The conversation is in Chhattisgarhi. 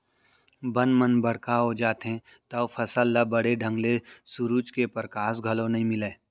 बन मन बड़का हो जाथें तव फसल ल बने ढंग ले सुरूज के परकास घलौ नइ मिलय